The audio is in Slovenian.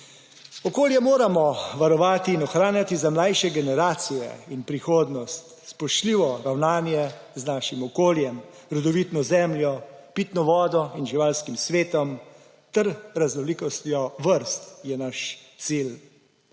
Okolje moramo varovati in ohranjati za mlajše generacije in prihodnost, spoštljivo ravnanje z našim okoljem, rodovitno zemljo, pitno vodo in živalskim svetom ter raznolikostjo vrst je naš cilj.